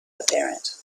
apparent